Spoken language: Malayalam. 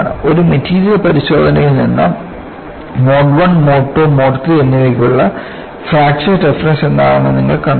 ഒരു മെറ്റീരിയൽ പരിശോധനയിൽ നിന്ന് mode I mode II mode III എന്നിവയ്ക്കുള്ള ഫ്രാക്ചർ ടഫ്നെസ് എന്താണെന്ന് നിങ്ങൾ കണ്ടെത്തും